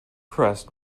crust